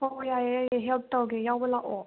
ꯍꯣꯏ ꯍꯣꯏ ꯌꯥꯏꯑꯦ ꯌꯥꯏꯑꯦ ꯍꯦꯜꯞ ꯇꯧꯒꯦ ꯌꯥꯎꯕ ꯂꯥꯛꯑꯣ